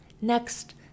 next